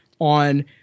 on